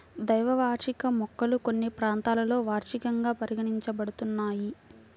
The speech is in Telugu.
ద్వైవార్షిక మొక్కలు కొన్ని ప్రాంతాలలో వార్షికంగా పరిగణించబడుతున్నాయి